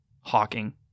Hawking